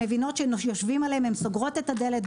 מבינות שיושבים עליהם הן סוגרות את הדלת,